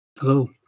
Hello